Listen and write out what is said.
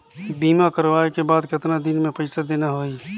बीमा करवाओ के बाद कतना दिन मे पइसा देना हो ही?